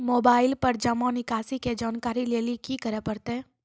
Mobile पर जमा निकासी के जानकरी लेली की करे परतै?